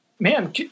Man